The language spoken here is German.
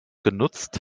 genutzt